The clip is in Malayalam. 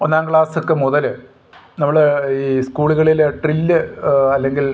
ഒന്നാം ക്ലാസൊക്ക മുതൽ നമ്മൾ ഈ സ്കൂള്കളിൽ ഡ്രില്ല് അല്ലെങ്കിൽ